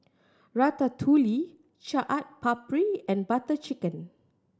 Ratatouille Chaat Papri and Butter Chicken